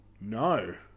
No